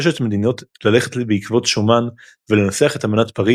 מועצת אירופה הפכה לפורום רחב להמשך שיתוף פעולה ונושאים משותפים,